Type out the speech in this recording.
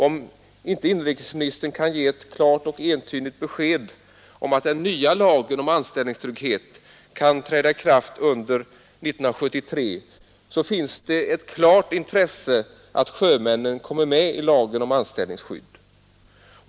Om inte inrikesministern kan ge ett klart och entydigt besked om att den nya lagen om anställningstrygghet kan träda i kraft under 1973 finns ett klart intresse av att sjömännen kommer med i lagen om anställningsskydd.